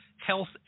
health